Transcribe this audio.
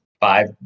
five